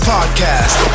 Podcast